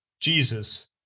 Jesus